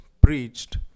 preached